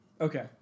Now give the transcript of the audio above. Okay